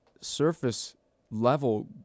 surface-level